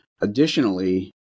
Additionally